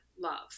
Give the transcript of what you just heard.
love